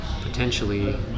potentially